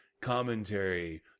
commentary